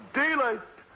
daylight